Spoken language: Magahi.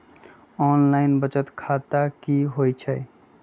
ऑनलाइन बचत खाता की होई छई?